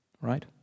right